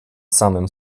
samym